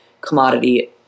commodity